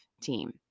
team